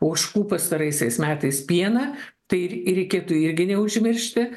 ožkų pastaraisiais metais pieną tai reikėtų irgi neužmiršti